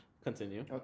Continue